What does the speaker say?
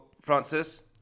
Francis